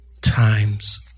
times